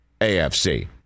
AFC